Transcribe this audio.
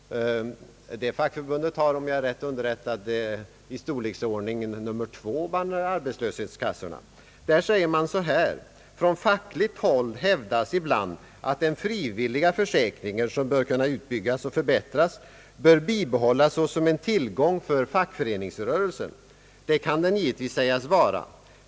Det fackförbundet har, om jag är riktigt underrättad, en arbetslöshetskassa som i fråga om storlek intar plats nr 2. I artikeln säger man bl.a.: »Från fackligt håll hävdas ibland att den frivilliga försäkringen, som bör kunna utbyggas och förbättras, bör bibehållas såsom en tillgång för fackföreningsrörelsen. Det kan den givetvis sägas vara.